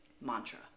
mantra